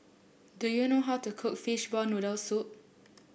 do you know how to cook Fishball Noodle Soup